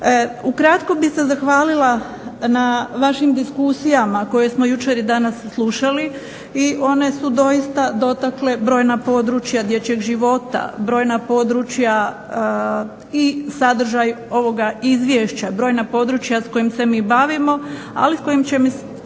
Ukratko bih se zahvalila na vašim diskusijama koje smo jučer i danas slušali i one su doista dotakle brojna područja dječjeg života, brojna područja i sadržaj i ovoga izvješća, brojna područja s kojim se mi bavimo ali s kojim ćemo se